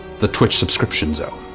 the twitch subscription zone.